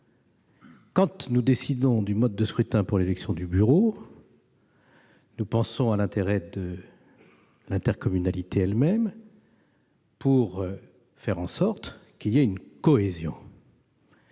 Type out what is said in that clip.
Quand nous décidons du mode de scrutin pour l'élection du bureau, nous pensons à l'intérêt de l'intercommunalité elle-même pour faire en sorte qu'il y ait une cohésion.